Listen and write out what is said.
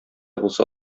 булса